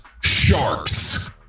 Sharks